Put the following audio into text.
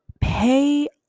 pay